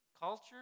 Culture